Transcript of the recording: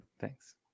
Thanks